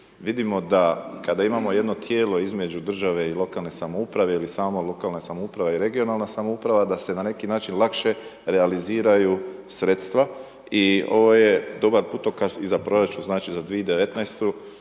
vidimo da kada imamo jedno tijelo između države i lokalne samouprave ili samo lokalne samouprave i regionalna samouprava, da se na neki način lakše realiziraju sredstva i ovo je dobar putokaz i za proračun, znači i za 2019.